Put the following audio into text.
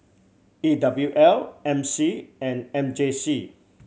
E W L M C and M J C